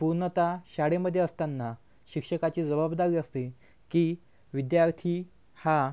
पूर्णतः शाळेमध्ये असतांना शिक्षकाची जबाबदारी असते की विद्यार्थी हा